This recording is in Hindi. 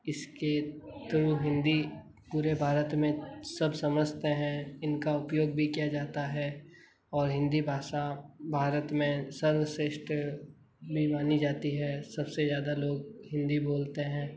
इसके तो हिंदी पूरे भारत में सब समझते हैं इनका उपयोग भी किया जाता है और हिंदी भाषा भारत में सर्वश्रेस्ठ भी मानी जाती है सबसे ज़्यादा लोग हिंदी बोलते हैं